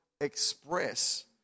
express